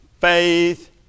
Faith